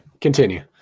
Continue